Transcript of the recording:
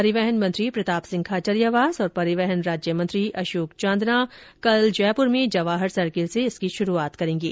परिवहन मंत्री प्रताप सिंह खाचरियावास और परिवहन राज्य मंत्री अशोक चांदना कल जयपुर में जवाहर सर्किल से इसकी शुरूआत करेंगे